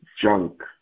junk